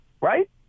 Right